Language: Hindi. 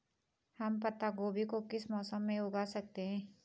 हम पत्ता गोभी को किस मौसम में उगा सकते हैं?